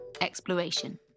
exploration